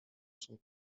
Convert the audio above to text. sont